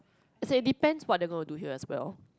as in it depends what they gonna do here as well